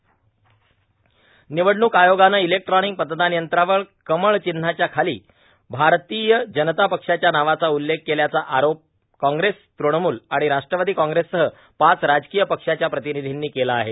र्मिनवडणूक आयोगानं इलेक्ट्रॉनिक मतदान यंत्रांवर कमळ र्चिन्हाच्या खालां भारतीय जनता पक्षाच्या नावाचा उल्लेख केल्याचा आरोप कॉग्रेस तृणमूल आर्गण राष्ट्रवादो काँग्रेससह पाच राजकांय पक्षांच्या प्रार्तानधींनी केला आहे